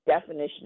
definition